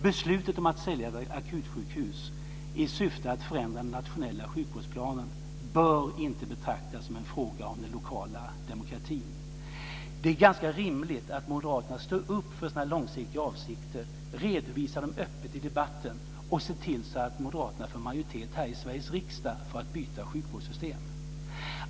Beslutet om att sälja akutsjukhus i syfte att förändra den nationella sjukvårdsplanen bör inte betraktas som en fråga om den lokala demokratin. Det är ganska rimligt att moderaterna står upp för sina långsiktiga avsikter, redovisar dem öppet i debatten och ser till så att moderaterna får majoritet i Sveriges riksdag för att byta sjukvårdssystem.